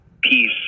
peace